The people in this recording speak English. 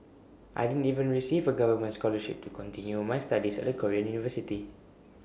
I didn't even receive A government scholarship to continue my studies at A Korean university